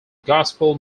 gospel